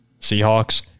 Seahawks